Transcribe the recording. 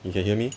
you can hear me